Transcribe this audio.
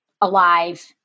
alive